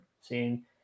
seeing